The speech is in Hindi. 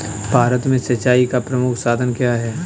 भारत में सिंचाई का प्रमुख साधन क्या है?